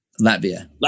Latvia